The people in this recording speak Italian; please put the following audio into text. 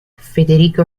federico